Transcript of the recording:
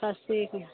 खस्सीके